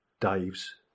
Dave's